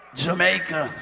jamaica